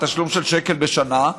תשלום של שקל בשנה,